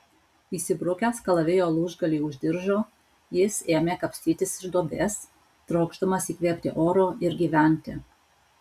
įsibrukęs kalavijo lūžgalį už diržo jis ėmė kapstytis iš duobės trokšdamas įkvėpti oro ir gyventi